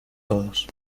todos